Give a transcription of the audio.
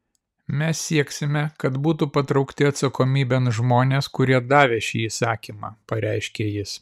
mes sieksime kad būtų patraukti atsakomybėn žmonės kurie davė šį įsakymą pareiškė jis